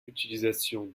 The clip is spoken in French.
utilisation